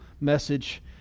message